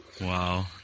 Wow